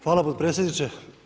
Hvala potpredsjedniče.